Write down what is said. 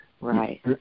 Right